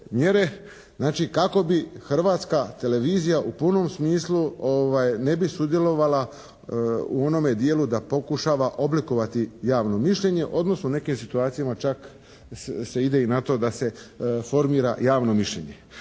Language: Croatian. Znači kako bi Hrvatska televizija u punom smislu ne bi sudjelovala u onome dijelu da pokušava oblikovati javno mišljenje, odnosno u nekim situacijama čak se ide i na to da se formira javno mišljenje.